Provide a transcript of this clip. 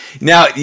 now